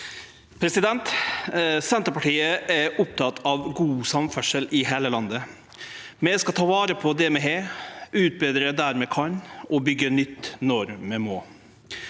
Senterpartiet er opp- tatt av god samferdsel i heile landet. Vi skal ta vare på det vi har, utbetre der vi kan, og byggje nytt når vi må.